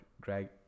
Greg